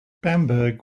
bamberg